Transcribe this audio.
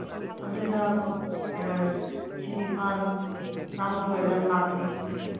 ꯑꯗꯨꯅ ꯂꯤꯁꯤꯡ ꯅꯤꯄꯥꯟ ꯇꯔꯥ ꯃꯥꯊꯣꯏ ꯑꯗꯥꯏꯃꯨꯛ ꯂꯥꯛꯀꯅꯤ